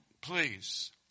Please